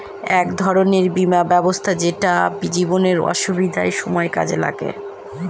এক ধরনের বীমা ব্যবস্থা যেটা জীবনে অসুবিধার সময় কাজে লাগে